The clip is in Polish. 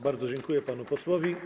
Bardzo dziękuję panu posłowi.